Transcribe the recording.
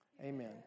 Amen